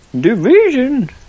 Division